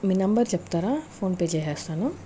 మీ number చెప్తారా PhonePe చేస్తాను